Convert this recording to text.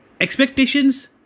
Expectations